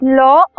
law